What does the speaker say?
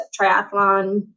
triathlon